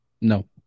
No